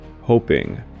hoping